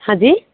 हाँ जी